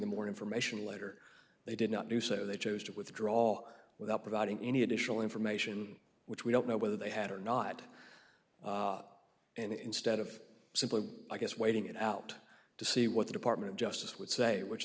the more information later they did not do so they chose to withdraw without providing any additional information which we don't know whether they had or not and instead of simply i guess waiting it out to see what the department of justice would say which